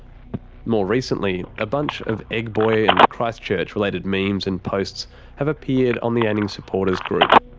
more recently, a bunch of egg boy and christchurch-related memes and posts have appeared on the anning supporters group.